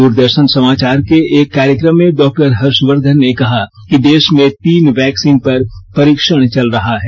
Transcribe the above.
दूरदर्शन समाचार के एक कार्यक्रम में डॉक्टर हर्षवर्धन ने कहा कि देश में तीन वैक्सीन पर परीक्षण चल रहा है